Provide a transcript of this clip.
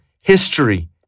history